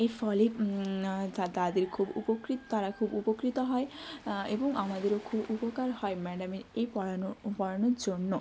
এর ফলে তাদের খুব উপকৃত তারা খুব উপকৃত হয় এবং আমাদেরও খুব উপকার হয় ম্যাডামের এই পড়ানো পড়ানোর জন্য